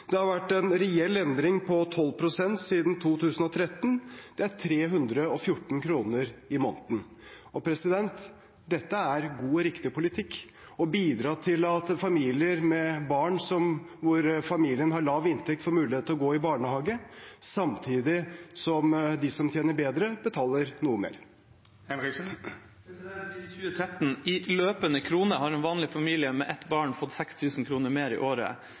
Det har vært en reell endring på 12 pst. siden 2013. Det er 314 kr i måneden. Det er god og riktig politikk å bidra til at barn i familier som har lav inntekt, får mulighet til å gå i barnehage, samtidig som de som tjener bedre, betaler noe mer. Siden 2013 har i løpende kroner en vanlig familie med ett barn fått 6 000 kr mer i året